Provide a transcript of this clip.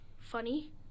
funny